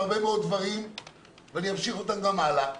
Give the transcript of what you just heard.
הרבה דברים ואני אמשיך אותם גם הלאה.